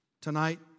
Tonight